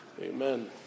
amen